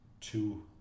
two